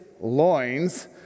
loins